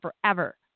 forever